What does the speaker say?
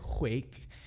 wake